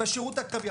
בשירות הקרבי.